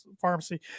pharmacy